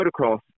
motocross